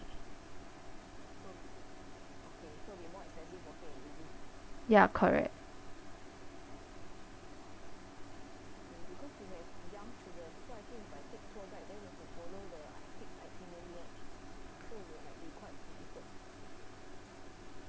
ya correct